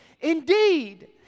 Indeed